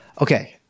Okay